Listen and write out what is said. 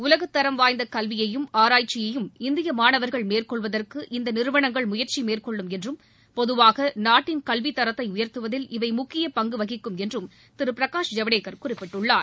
உலகத்தரம் வாய்ந்த கல்வியையும் ஆராய்ச்சியையும் இந்திய மாணவர்கள் மேற்கொள்வதற்கு இந்த நிறுவனங்கள் முயற்சி மேற்கொள்ளும் என்றும் பொதுவாக நாட்டின் கல்வித்தரத்தை உயர்த்துவதில் இவை முக்கிய பங்கு வகிக்கும் என்றும் திரு பிரகாஷ் ஜவடேக்கர் குறிப்பிட்டுள்ளார்